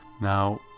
now